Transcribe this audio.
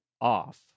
off